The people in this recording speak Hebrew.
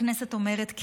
הכנסת אומרת כן.